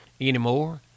anymore